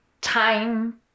time